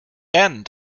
end